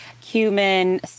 cumin